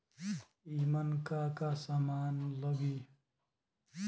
ईमन का का समान लगी?